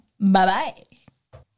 Bye-bye